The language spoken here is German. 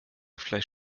flash